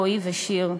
רועי ושיר,